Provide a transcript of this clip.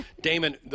Damon